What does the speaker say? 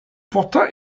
pourtant